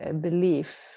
belief